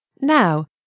Now